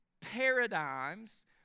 paradigms